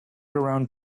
around